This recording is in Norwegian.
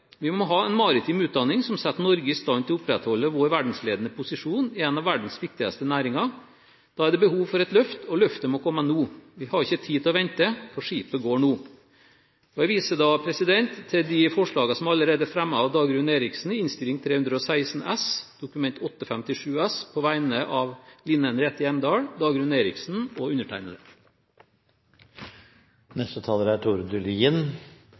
Vi må utdanne for framtiden. Vi må ha en maritim utdanning som setter Norge i stand til å opprettholde vår verdensledende posisjon i en av verdens viktigste næringer. Da er det behov for et løft, og løftet må komme nå. Vi har ikke tid til å vente, for skipet går nå. Jeg viser til de forslagene i Innst. 316 S og Dokument 8:59 S som allerede er fremmet av Dagrun Eriksen på vegne Line Henriette Hjemdal, Dagrun Eriksen og